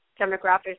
demographics